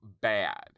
bad